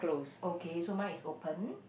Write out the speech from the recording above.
okay so mine is open